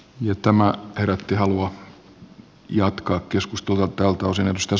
ja tämä herätti halua jatkaa keskustelua tältä osin